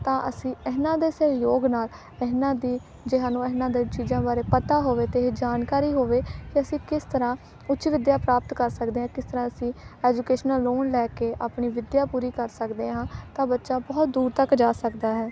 ਤਾਂ ਅਸੀਂ ਇਹਨਾਂ ਦੇ ਸਹਿਯੋਗ ਨਾਲ ਇਹਨਾਂ ਦੇ ਜੇ ਸਾਨੂੰ ਇਹਨਾਂ ਦੇ ਚੀਜ਼ਾਂ ਬਾਰੇ ਪਤਾ ਹੋਵੇ ਅਤੇ ਇਹ ਜਾਣਕਾਰੀ ਹੋਵੇ ਕਿ ਅਸੀਂ ਕਿਸ ਤਰ੍ਹਾਂ ਉੱਚ ਵਿੱਦਿਆ ਪ੍ਰਾਪਤ ਕਰ ਸਕਦੇ ਹਾਂ ਕਿਸ ਤਰ੍ਹਾਂ ਅਸੀਂ ਐਜੂਕੇਸ਼ਨਲ ਲੋਨ ਲੈ ਕੇ ਆਪਣੀ ਵਿੱਦਿਆ ਪੂਰੀ ਕਰ ਸਕਦੇ ਹਾਂ ਤਾਂ ਬੱਚਾ ਬਹੁਤ ਦੂਰ ਤੱਕ ਜਾ ਸਕਦਾ ਹੈ